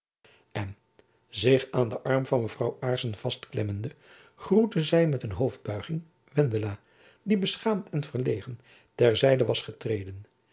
en zich aan den arm van mevrouw aarssen vastklemmende groette zy met een hoofdbuiging wendela die beschaamd en verlegen ter zijde was getreden